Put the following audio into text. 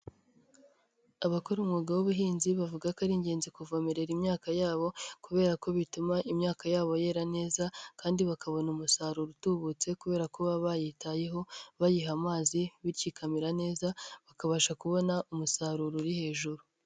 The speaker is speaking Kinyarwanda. Abakora umwuga w'ubuhinzi bavuga ko ari ingenzivomerera imyaka yabo kubera ko bituma imyaka yabo yera neza kandi bakabona umusaruro utubutse kubera kuba bayitayeho, bayiha amazi, bityo ikamera neza, bakabasha kubona umusaruro uri hejuru.